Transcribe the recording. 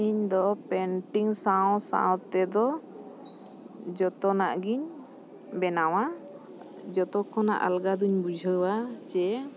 ᱤᱧ ᱫᱚ ᱯᱮᱱᱴᱤᱝ ᱥᱟᱶ ᱥᱟᱶᱛᱮᱫᱚ ᱡᱚᱛᱚᱱᱟᱜ ᱜᱤᱧ ᱵᱮᱱᱟᱣᱟ ᱡᱚᱛᱚ ᱠᱷᱚᱱᱟᱜ ᱟᱞᱜᱟ ᱫᱚᱧ ᱵᱩᱡᱷᱟᱹᱣᱟ ᱡᱮ